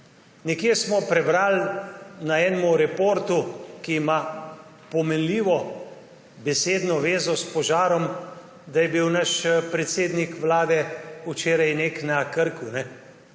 Nekje smo prebrali na enem reportu, ki ima pomenljivo besedno vezo s požarom, da je bil naš predsednik vlade včeraj nekje na Krku. Jaz